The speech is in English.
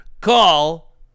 call